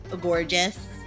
gorgeous